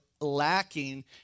lacking